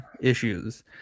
issues